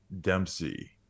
Dempsey